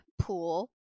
pool